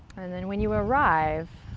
and then when you arrive